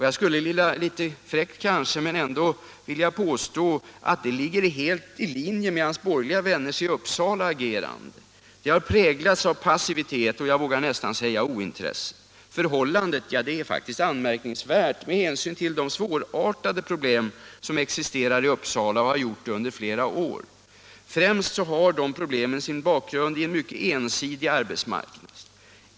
Jag skulle — kanske litet fräckt — vilja påstå att det ligger helt i linje med hans borgerliga vänners i Uppsala agerande. Det har präglats av passivitet och, vågar jag nästan säga, ointresse. Förhållandet är faktiskt anmärkningsvärt med hänsyn till de svårartade problem som existerar i Uppsala och har gjort det under flera år. Främst har de problemen sin bakgrund i en mycket ensidig arbetsmarknad.